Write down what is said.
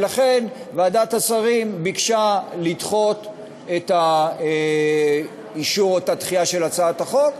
ולכן ועדת השרים ביקשה לדחות את האישור של הצעת החוק,